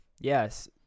Yes